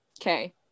okay